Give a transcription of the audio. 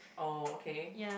oh okay